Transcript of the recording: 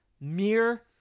mere